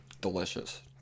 Delicious